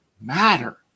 matter